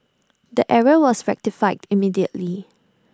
the error was rectified immediately